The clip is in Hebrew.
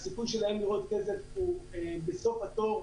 הסיכון להם לראות כסף הוא בסוף התור,